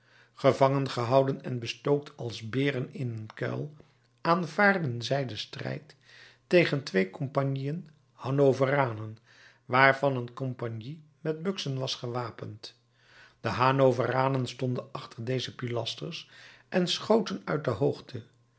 gevangen gehouden en bestookt als beren in een kuil aanvaardden zij den strijd tegen twee compagnieën hanoveranen waarvan een compagnie met buksen was gewapend de hanoveranen stonden achter deze pilasters en schoten uit de hoogte